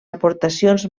aportacions